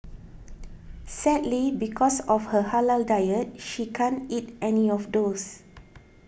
sadly because of her halal diet she can't eat any of those